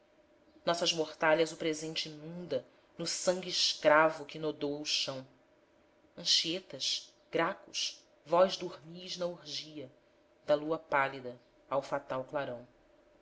nossas mortalhas o presente inunda no sangue escravo que nodoa o chão anchietas gracos vós dormis na orgia da lua pálida ao fatal clarão